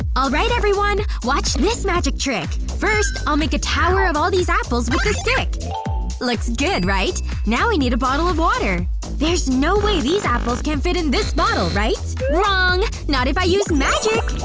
right, everyone! watch this magic trick! first, i'll make a tower of all these apples with this stick looks good, right? now i need a bottle of water there's no way these apples can fit in this bottle, right? wrong! not if i use magic!